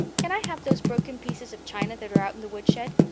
can i have those broken pieces of china that are out in the woodshed?